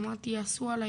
אמרתי יעשו עליי,